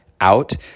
out